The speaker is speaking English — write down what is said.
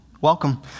welcome